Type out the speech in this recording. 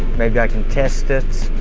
maybe i can test it.